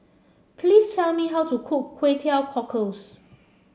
please tell me how to cook Kway Teow Cockles